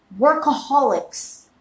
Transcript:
workaholics